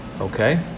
okay